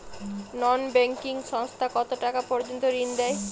নন banking সংস্থা কতটাকা পর্যন্ত ঋণ দেয়?